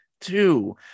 Two